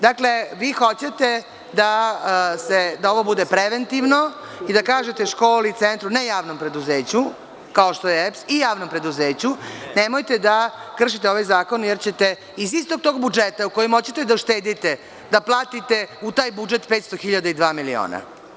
Dakle, vi hoćete da ovo bude preventivno i da kažete školi, centru, ne javnom preduzeću kao što je EPS,i javnom preduzeću nemojte da kršite ovaj zakon, jer ćete iz istog tog budžeta kojim hoćete da uštedite da platite u taj budžet petsto hiljada i dva miliona.